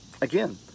again